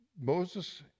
Moses